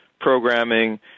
programming